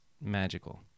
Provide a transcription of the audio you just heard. magical